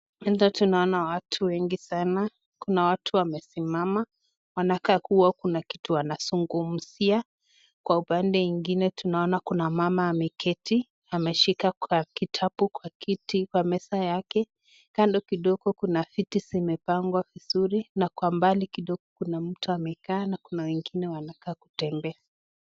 Hapa tunaona watu wengi sana. Kuna watu wamesimana, wanakaa kuwa kuna kitu wanazungumzia. Kwa upande ingine tunaona kuna mama ameketi, ameshika kitabu kwa kiti, kwa meza yake. Kando kidogo kuna viti zimepangwa vizuri na kwa mbali kidogo kuna mtu amekaa na kuna wengine wanakaa kutembea.